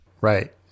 Right